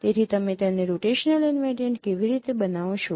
તેથી તમે તેને રોટેશનલ ઈનવેરિયન્ટ કેવી રીતે બનાવશો